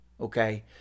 Okay